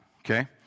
okay